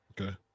okay